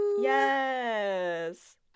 Yes